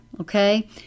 okay